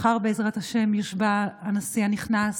מחר, בעזרת השם, יושבע הנשיא הנכנס